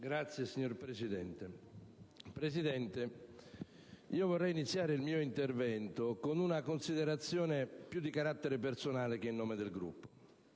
Sud)*. Signor Presidente, vorrei iniziare il mio intervento con una considerazione più di carattere personale che a nome del Gruppo.